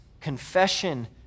confession